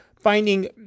finding